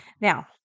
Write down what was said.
Now